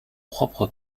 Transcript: propre